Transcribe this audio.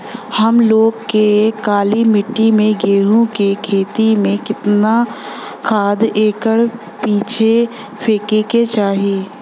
हम लोग के काली मिट्टी में गेहूँ के खेती में कितना खाद एकड़ पीछे फेके के चाही?